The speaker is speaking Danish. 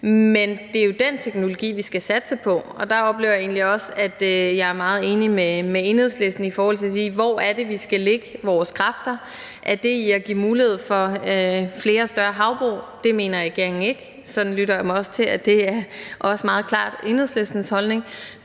Men det er jo den teknologi, vi skal satse på, og der oplever jeg egentlig også, at jeg er meget enig med Enhedslisten i forhold til at spørge: Hvor er det, vi skal lægge vores kræfter? Er det ved at give mulighed for flere større havbrug? Det mener regeringen ikke, og jeg lytter mig til, at det også meget klart er Enhedslistens holdning.